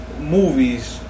Movies